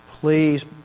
Please